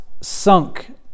sunk